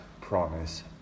promise